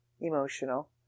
emotional